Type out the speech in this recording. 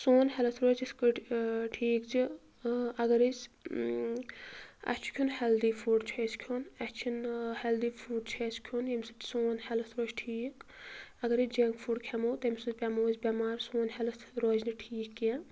سون ہٮ۪لٕتھ روزِ یِتھ کٲٹھۍ ٹھیٖک زِ اگر أسۍ اَسہِ چھُ کھیوٚن ہٮ۪لدی فُڈ چھُ اَسہِ کھیوٚن اَسہِ چھِنہٕ ہٮ۪لدی فُڈ چھِ اَسہِ کھیوٚن ییٚمہِ سۭتۍ سون ہٮ۪لٕتھ روزِ ٹھیٖک اگر أسۍ جنٛک فُڈ کھٮ۪مو تَمہِ سۭتۍ پٮ۪مو أسۍ بٮ۪مار سون ہٮ۪لٕتھ روزِ نہٕ ٹھیٖک کینٛہہ